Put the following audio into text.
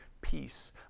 peace